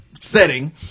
setting